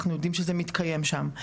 אנחנו יודעים שזה מתקיים שם,